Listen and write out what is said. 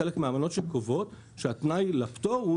חלק מהאמנות קובעות שהתנאי לפטור הוא